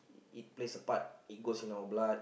it plays a parts it goes into our blood